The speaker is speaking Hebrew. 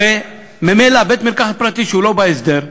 הרי ממילא בית-מרקחת פרטי שהוא לא בהסדר,